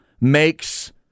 makes